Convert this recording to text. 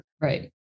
Right